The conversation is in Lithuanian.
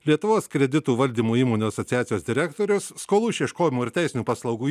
lietuvos kreditų valdymo įmonių asociacijos direktorius skolų išieškojimo ir teisinių paslaugų